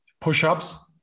push-ups